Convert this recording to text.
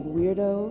weirdo